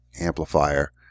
amplifier